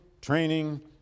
training